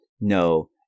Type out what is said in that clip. no